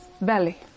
belly